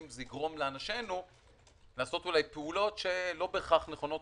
זה יגרום לאנשינו לעשות פעולות שלא בהכרח נכונות.